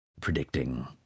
predicting